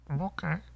Okay